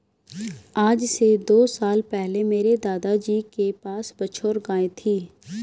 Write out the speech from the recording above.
आज से दो साल पहले मेरे दादाजी के पास बछौर गाय थी